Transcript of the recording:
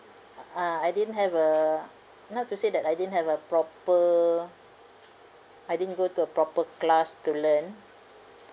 ah I didn't have uh not to say that I didn't have a proper I didn't go to a proper class to learn